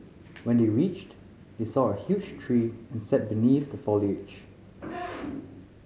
when they reached they saw a huge tree and sat beneath the foliage